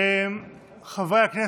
חברי הכנסת,